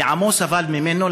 עמו סבל ממנו,